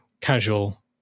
casual